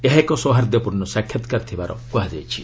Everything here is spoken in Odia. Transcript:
ଏହା ଏକ ସୌହାର୍ଦ୍ଦ୍ୟପୂର୍ଣ୍ଣ ସାକ୍ଷାତକାର ଥିବାର କୁହାଯାଇଛି